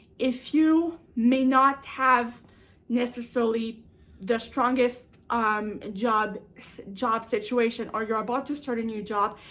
if you may not have necessarily the strongest um job job situation, or you're about to start a new job,